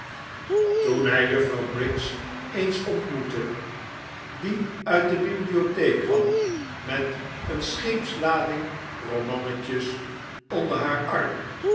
toen hij juffrouw briggs eens ontmoette die uit de bibliotheek kwam met een scheepslading romannetjes onder haar arm